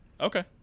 Okay